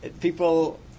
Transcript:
people